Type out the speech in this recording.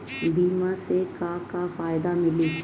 बीमा से का का फायदा मिली?